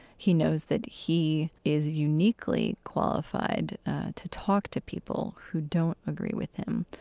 he knows that he is uniquely qualified to talk to people who don't agree with him.